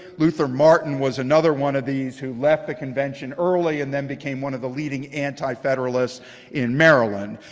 luther martin was another one of these who left the convention early. and then became one of the leading antifederalists in maryland.